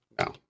no